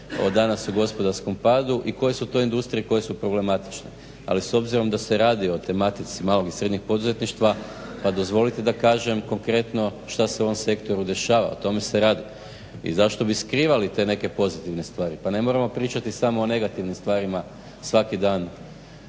danas o gosparskom padu i koje su to industrije koje su problematične ali s obzirom da se radi o tematici malog i srednjeg poduzetništva pa dozvolite da kažem konkretno šta se u ovom sektoru dešava, o tome se radi. I zašto bih skrivali te neke pozitivne stvari, pa ne moramo pričati samo o negativnim stvarima svaki dan